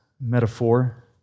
metaphor